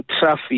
traffic